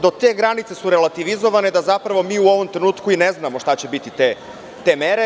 Do te granice su relativizovane da zapravo mi u ovom trenutku i ne znamo šta će biti te mere.